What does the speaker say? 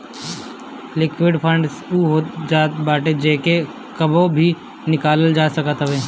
liquid fund उ होत बाटे जेके कबो भी निकालल जा सकत हवे